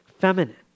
feminine